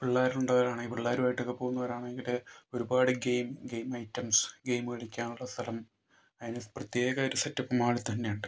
പിള്ളേരുള്ളവരാണെങ്കിൽ പിള്ളേരുമായിട്ടൊക്കെ പോകുന്നവരാണെങ്കിൽ ഒരുപാട് ഗെയിം ഗെയിം ഐറ്റംസ് ഗെയിം കളിക്കാനുള്ള സ്ഥലം അതിന് പ്രത്യേക ഒരു സെറ്റ് അപ്പ് മാളിൽത്തന്നെ ഉണ്ട്